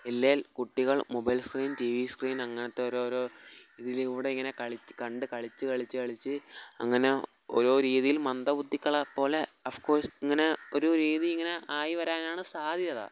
ഇല്ലേൽ കുട്ടികൾ mobile screen T V screen അങ്ങനത്തെ ഓരോരോ ഇതിലൂടെ ഇങ്ങനെ കണ്ട് കളിച്ച് കളിച്ച് കളിച്ച് അങ്ങനെ ഓരോ രീതിയിൽ മന്ദബുദ്ധികളെപ്പോലെ ഒഫ്കോഴ്സ് ഇങ്ങനെ ഒരു രീതി ഇങ്ങനെ ആയി വരാനാണ് സാധ്യത